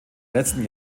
letzten